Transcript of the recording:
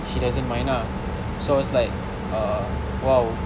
she doesn't mind ah so I was like uh !wow!